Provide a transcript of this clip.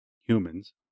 humans